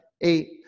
eight